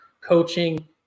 coaching